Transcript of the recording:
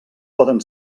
poden